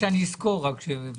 אני מקווה רק שאני אזכור.